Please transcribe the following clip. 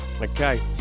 Okay